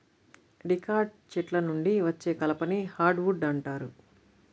dicot చెట్ల నుండి వచ్చే కలపని హార్డ్ వుడ్ అంటారు